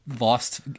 lost